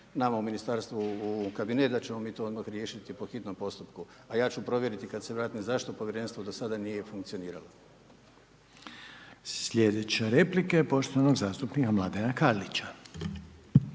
nama u Ministarstvo, u kabinet da ćemo mi to odmah riješiti po hitnom postupku, a ja ću provjeriti kad se vratim zašto Povjerenstvo do sada nije funkcioniralo. **Reiner, Željko (HDZ)** Sljedeća replike poštovanog zastupnika Mladena Karlića.